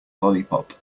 lollipop